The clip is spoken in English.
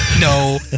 No